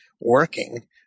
working